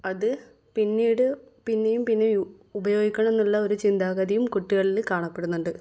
അത് പിന്നീട് പിന്നെയും പിന്നെയും ഉ ഉപയോഗിക്കണമെന്നുള്ള ഒരു ചിന്താഗതിയും കുട്ടികളിൽ കാണപ്പെടുന്നുണ്ട്